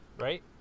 right